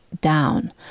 down